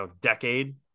decade